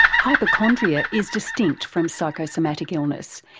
hypochondria is distinct from psychosomatic illness.